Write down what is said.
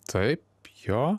taip jo